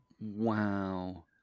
Wow